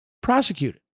prosecuted